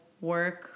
work